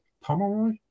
Pomeroy